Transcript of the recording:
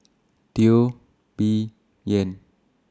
Teo Bee Yen